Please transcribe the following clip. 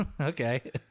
okay